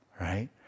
right